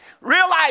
realize